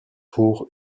pour